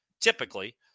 typically